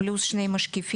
פלוס שני משקיפים,